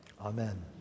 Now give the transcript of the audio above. Amen